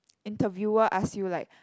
interviewer ask you like